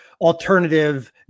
alternative